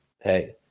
hey